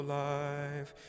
life